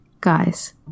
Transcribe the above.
Guys